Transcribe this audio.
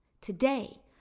Today